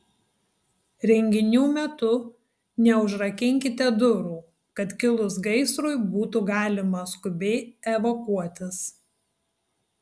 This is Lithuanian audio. renginių metu neužrakinkite durų kad kilus gaisrui būtų galima skubiai evakuotis